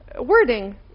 wording